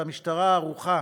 והמשטרה ערוכה